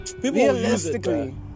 realistically